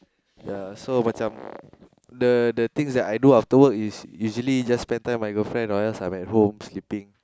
ya so macam the the things that I do after work is usually just spent time my girlfriend or else I'm at home sleeping